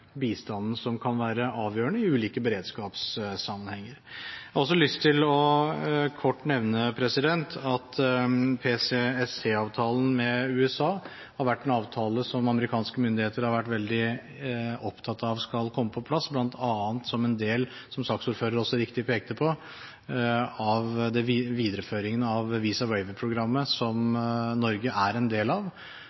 bistanden som kan være avgjørende i ulike beredskapssammenhenger. Jeg har også lyst til kort å nevne at PCSC-avtalen med USA er en avtale som amerikanske myndigheter har vært veldig opptatt av skal komme på plass, bl.a. som en del av – som saksordføreren også riktig pekte på – videreføringen av Visa Waiver-programmet, som Norge er en del av.